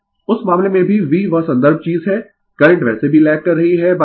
उस मामले में भी V वह संदर्भ चीज है करंट वैसे भी लैग कर रही है θ